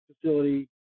facility